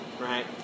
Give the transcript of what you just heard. right